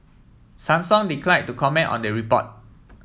Samsung declined to comment on the report